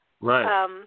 Right